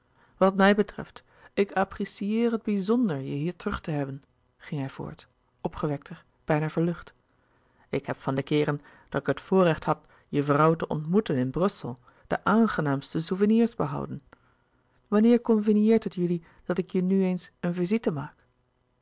wat mij betreft ik apprecieer het bizonder je hier terug te hebben ging hij voort opgewekter bijna verlucht ik heb van de keeren dat ik het voorrecht had je vrouw te ontmoe ten in brussel de aangenaamste souvenirs behouden wanneer convenieert het jullie dat ik je nu eens een visite maak